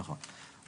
נכון,